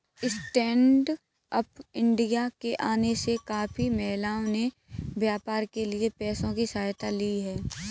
stand up India के आने से काफी महिलाओं ने व्यापार के लिए पैसों की सहायता ली है